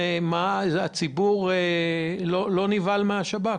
הראשון הציבור לא נבהל מהשב"כ